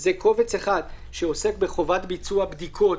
זה קובץ אחד שעוסק בחובת ביצוע בדיקות